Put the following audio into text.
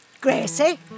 Gracie